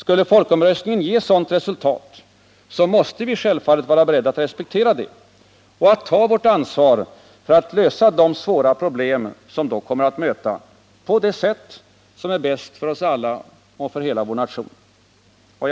Skulle folkomröstningen ge sådant resultat, måste vi självfallet vara beredda att respektera det och att ta vårt ansvar för att vi på det sätt som är bäst för oss alla och hela nationen löser de svåra problem som då möter.